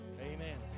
Amen